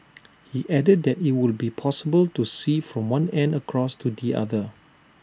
he added that IT will be possible to see from one end across to the other